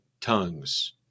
tongues